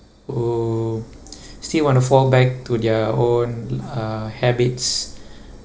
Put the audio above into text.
who still want to fall back to their own uh habits